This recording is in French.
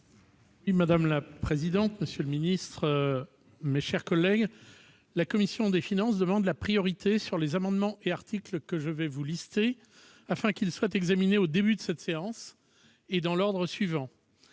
Madame la présidente, monsieur le secrétaire d'État, mes chers collègues, la commission des finances demande la priorité sur les amendements et articles dont je vais vous donner la liste, afin qu'ils soient examinés au début de cette séance et dans l'ordre suivant